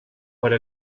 para